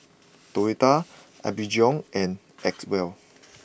Toyota Apgujeong and Acwell